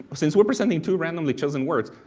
since we're presenting two randomly chosen words,